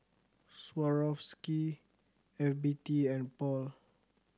Swarovski F B T and Paul